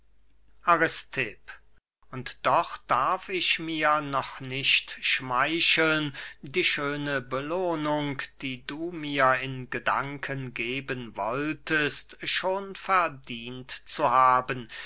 und doch darf ich mir noch nicht schmeicheln die schöne belohnung die du mir in gedanken geben wolltest schon verdient zu haben